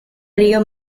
río